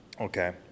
Okay